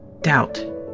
Doubt